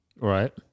Right